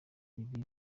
ibi